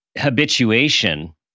habituation